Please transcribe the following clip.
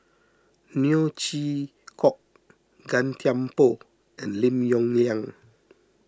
Neo Chwee Kok Gan Thiam Poh and Lim Yong Liang